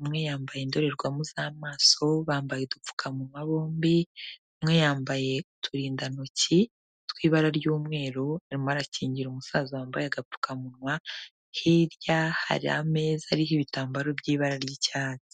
umwe yambaye indorerwamo z'amaso, bambaye udupfukamunwa bombi, umwe yambaye uturindantoki tw'ibara ry'umweru, arimo arakingira umusaza wambaye agapfukamunwa, hirya hari ameza ariho ibitambaro by'ibara ry'icyatsi.